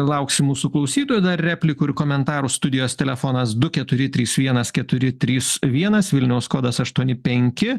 lauksim mūsų klausytojų replikų ir komentarų studijos telefonas du keturi trys vienas keturi trys vienas vilniaus kodas aštuoni penki